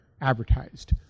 advertised